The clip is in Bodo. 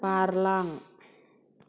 बारलां